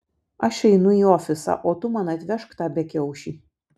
aš einu į ofisą o tu man atvežk tą bekiaušį